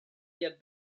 yet